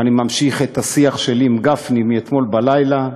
ואני ממשיך את השיח שלי עם גפני מאתמול בלילה: